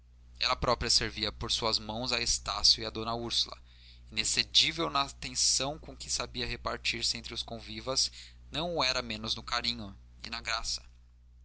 ela própria servia por suas mãos a estácio e d úrsula inexcedível na atenção com que sabia repartir se entre os convivas não o era menos no carinho e na graça